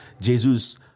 Jesus